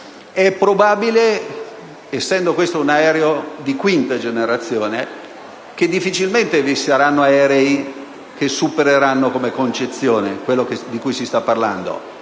È probabile che, essendo questo un aereo di quinta generazione, difficilmente vi saranno aerei che supereranno come concezione quello di cui si sta parlando,